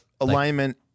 alignment